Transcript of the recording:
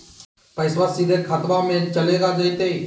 पैसाबा सीधे खतबा मे चलेगा जयते?